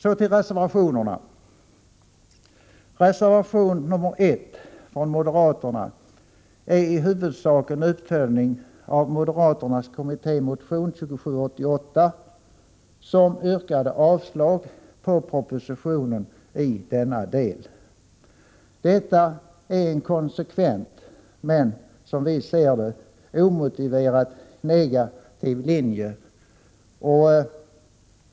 Så till reservationerna. Reservation 1 från moderaterna är i huvudsak en uppföljning av moderaternas kommittémotion 2788, som yrkar avslag på propositionen i denna del. Detta är en konsekvent men, som vi ser det, omotiverat negativ linje.